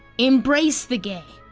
embrace the gay.